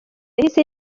yahise